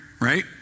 right